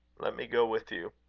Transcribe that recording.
let me go with you.